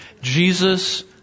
Jesus